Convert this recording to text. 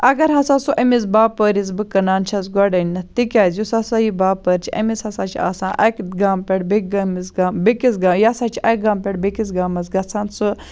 اَگر ہَسا سُہ أمِس باپٲرِس بہٕ کٕنان چھَس گۄڈٕنیٚتھ تکیازِ یُس ہَسا یہِ باپٲر چھُ أمِس ہَسا چھُ آسان اَکہِ گامہٕ پٮ۪ٹھ بیٚکہ گامَس بیٚکِس گامَس یہِ ہَسا چھُ اَکہِ گامہٕ پٮ۪ٹھ بیٚکس گامَس گَژھان سُہ